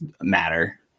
matter